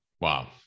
Wow